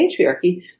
patriarchy